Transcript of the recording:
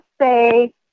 say